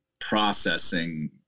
processing